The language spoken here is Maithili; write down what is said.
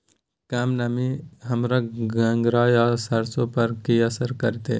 कम नमी हमर गंगराय आ सरसो पर की असर करतै?